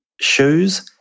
shoes